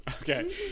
Okay